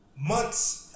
months